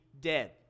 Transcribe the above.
dead